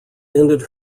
ended